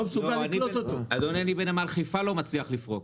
לא, אדוני, אני בנמל חיפה לא מצליח לפרוק.